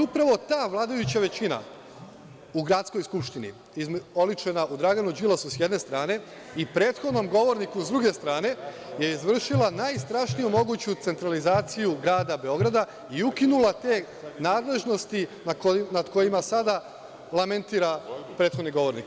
Upravo ta vladajuća većina u gradskoj skupštini, oličena u Draganu Đilasu, s jedne strane, i prethodnom govorniku, s druge strane, je izvršila najstrašniju moguću centralizaciju grada Beograda i ukinula te nadležnosti nad kojima sada lamentira prethodni govornik.